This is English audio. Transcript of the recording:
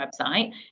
website